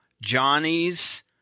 johnny's